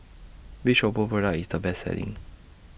Which Oppo Product IS The Best Selling